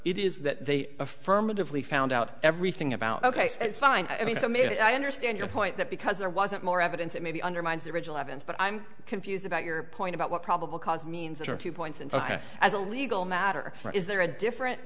it is that they affirmatively found out everything about ok and signed i mean so i mean i understand your point that because there wasn't more evidence that maybe undermines the original evidence but i'm confused about your point about what probable cause means there are two points and as a legal matter is there a different